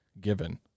given